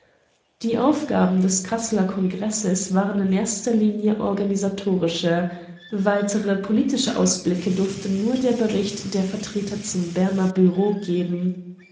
die aufgaben des kasseler kongresses waren in erster linie organisatorische weitere politische ausblicke durfte nur der bericht der vertreter zum berner bureau geben